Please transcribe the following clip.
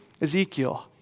Ezekiel